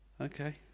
Okay